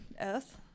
Earth